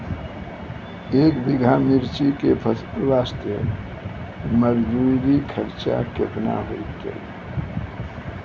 एक बीघा मिर्ची के फसल वास्ते मजदूरी खर्चा केतना होइते?